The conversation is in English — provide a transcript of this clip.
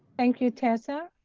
thank you, tessa.